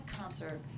concert